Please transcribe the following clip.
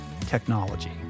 technology